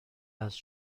است